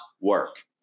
work